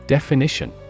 Definition